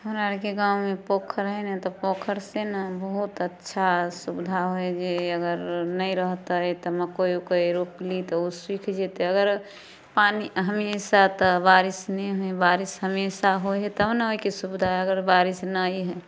हमरा आओरके गाममे पोखरि हइ ने तऽ पोखरिसँ ने तऽ बहुत अच्छा सुविधा होइ जे अगर नहि रहितै तऽ मकइ उकइ रोपली तऽ ओ सुखि जेतै अगर पानी हमेशा तऽ बारिश नहि होइ बारिश हमेशा होइ हइ तब ने ओहिके सुविधा अगर बारिश नहि